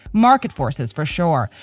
market forces for sure,